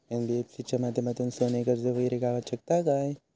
NBFC च्या माध्यमातून सोने कर्ज वगैरे गावात शकता काय?